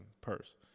purse